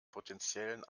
potenziellen